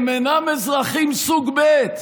הם אינם אזרחים סוג ב'.